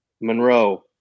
Monroe